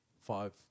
five